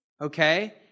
Okay